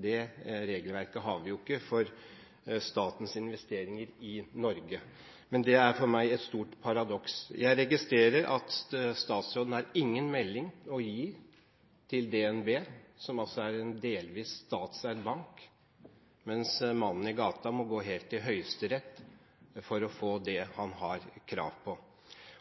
Det regelverket har vi ikke for statens investeringer i Norge, men det er for meg et stort paradoks. Jeg registrerer at statsråden har ingen melding å gi til DNB, som altså er en delvis statseid bank, mens mannen i gata må gå helt til Høyesterett for å få det han har krav på.